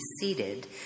seated